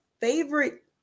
favorite